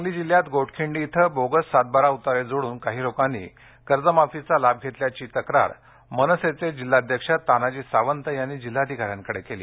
सांगली जिल्ह्यात गोटखिंडी इथे बोगस सातबारा उतारे जोडून काही लोकांनी कर्जमाफीचा लाभ घेतल्याची तक्रार मनसेचे जिल्हाध्यक्ष तानाजी सावंत यांनी जिल्हाधिकाऱ्यांकडे केली